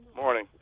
Morning